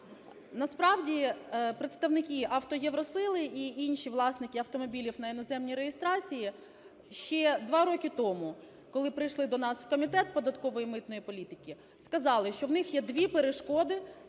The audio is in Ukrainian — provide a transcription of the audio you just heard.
Насправді представники "Авто Євро Сили" і інші власники автомобілів на іноземній реєстрації ще два роки тому, коли прийшли до нас в Комітет податкової і митної політики сказали, що у них є дві перешкоди